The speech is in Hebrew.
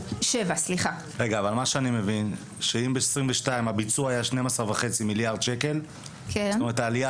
אני מבין שאם ב-2022 הביצוע היה 12.5 מיליארד שקלים זאת אומרת העלייה